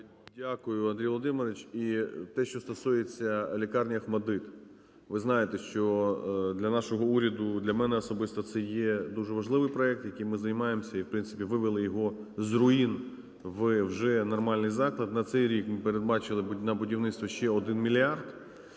Дякую, Андрій Володимирович. І те, що стосується лікарні "Охматдит". Ви знаєте, що для нашого уряду, для мене особисто це є дуже важливий проект, яким ми займаємося і в принципі вивели його з руїн вже в нормальний заклад. На цей рік ми передбачили на будівництво ще 1 мільярд